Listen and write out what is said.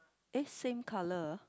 eh same colour